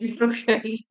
Okay